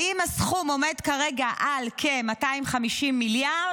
האם הסכום עומד כרגע על כ-250 מיליארד?